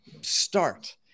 start